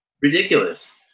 ridiculous